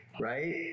right